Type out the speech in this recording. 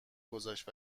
گذاشت